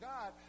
God